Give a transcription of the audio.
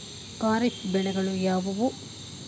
ಖಾರಿಫ್ ಬೆಳೆಗಳು ಯಾವುವು?